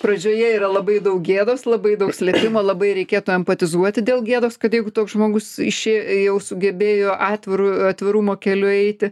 pradžioje yra labai daug gėdos labai daug slėpimo labai reikėtų empatizuoti dėl gėdos kad jeigu toks žmogus išė jau sugebėjo atviru atvirumo keliu eiti